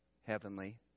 Heavenly